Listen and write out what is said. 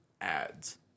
ads